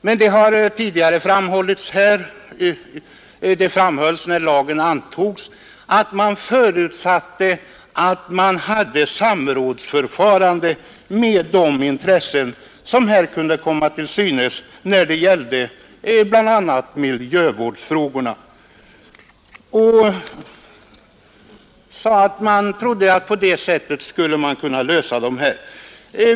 Men det framhölls när lagen antogs att man förutsatte samråd med de intressen som kunde vara berörda när det gällde bl.a. miljövårdsfrågorna. Man trodde att det skulle gå att lösa dessa problem på det sättet.